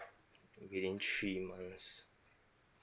okay in three months